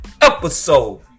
episode